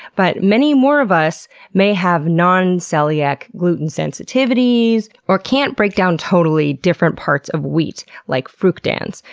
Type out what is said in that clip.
but many more of us may have non-celiac gluten sensitivities or can't break down totally different parts of wheat, like fructans.